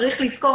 צריך לזכור,